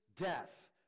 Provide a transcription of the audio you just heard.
death